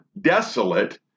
desolate